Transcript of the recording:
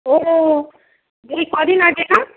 ও এই কদিন আগে না